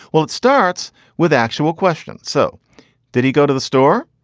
well, it starts with actual questions. so did he go to the store?